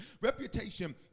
Reputation